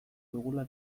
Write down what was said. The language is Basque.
dugula